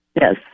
Yes